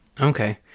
Okay